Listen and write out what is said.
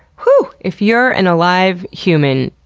hoo! if you're an alive human,